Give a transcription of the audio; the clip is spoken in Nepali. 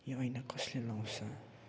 यो ऐना कसले लगाउँछ